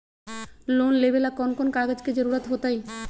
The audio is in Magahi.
लोन लेवेला कौन कौन कागज के जरूरत होतई?